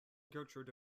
gertrude